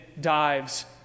dives